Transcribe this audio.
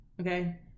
okay